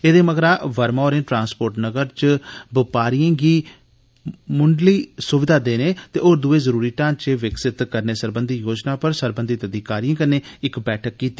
एहदे मगरा वर्मा होरें ट्रांसपोर्ट नगर इच बपारिएं गी मुण्डी सुविधां देने ते होर दुए जरूरी ढांचे विकसित करने सरबंधी योजना पर सरबंधित अधिकारिएं कन्नै इक बैठक कीती